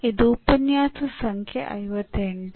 ಇದು ಉಪನ್ಯಾಸ ಸಂಖ್ಯೆ 58